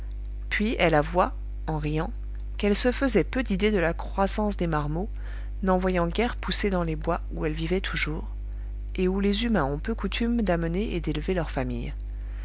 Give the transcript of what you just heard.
puis elle avoua en riant qu'elle se faisait peu d'idée de la croissance des marmots n'en voyant guère pousser dans les bois où elle vivait toujours et où les humains ont peu coutume d'amener et d'élever leurs familles